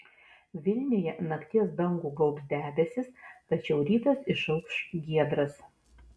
vilniuje nakties dangų gaubs debesys tačiau rytas išauš giedras